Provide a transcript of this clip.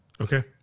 Okay